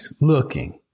looking